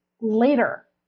later